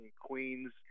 Queens